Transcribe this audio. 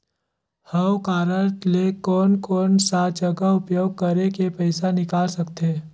हव कारड ले कोन कोन सा जगह उपयोग करेके पइसा निकाल सकथे?